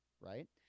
right